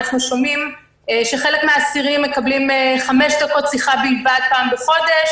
אנחנו שומעים שחלק מהאסירים מקבלים חמש דקות שיחה בלבד פעם בחודש,